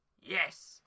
Yes